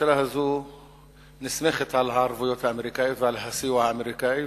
הממשלה הזאת נסמכת על הערבויות האמריקניות ועל הסיוע האמריקני,